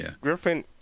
Griffin